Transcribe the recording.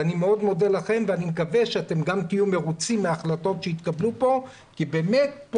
אני מאוד מודה לכם ואני מקווה שתהיו מרוצים מההחלטות שיתקלו פה כי באמת,